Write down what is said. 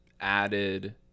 added